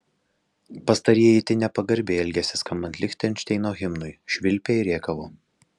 pastarieji itin nepagarbiai elgėsi skambant lichtenšteino himnui švilpė ir rėkavo